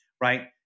right